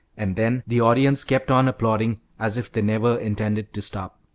and then the audience kept on applauding as if they never intended to stop.